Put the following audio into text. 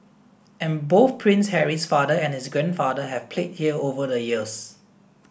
and both Prince Harry's father and his grandfather have played here over the years